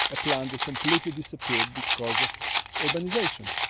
a plant that completely disappeared because of urbanisation.